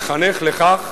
לחנך לכך